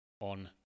on